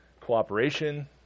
Cooperation